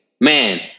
man